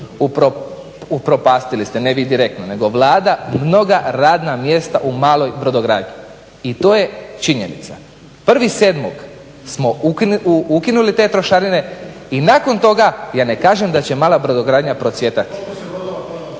Upropastili ste, ne vi direktno, nego Vlada mnoga radna mjesta u maloj brodogradnji, i to je činjenica. 1.7. smo ukinuli te trošarine, i nakon toga ja ne kažem da će mala brodogradnja procvjetati.